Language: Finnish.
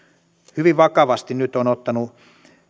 hyvin vakavasti nyt on ottanut